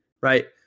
right